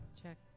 check